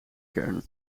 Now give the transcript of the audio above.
kern